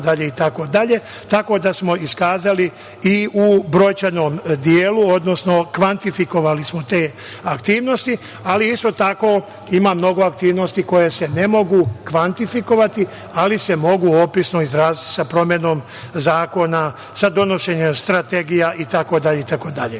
tako da smo iskazali u brojčanom delu, odnosno kvantifikovali smo te aktivnosti, ali isto tako ima mnogo aktivnosti koje se ne mogu kvantifikovati, ali se mogu opisano izraziti sa promenom zakona, sa donošenjem strategija, itd. Savet